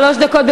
שלוש דקות.